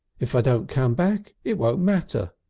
if i don't come back it won't matter.